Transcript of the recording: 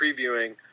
previewing